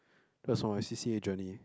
that's from my C_C_A journey